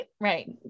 Right